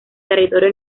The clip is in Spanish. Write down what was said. territorio